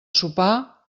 sopar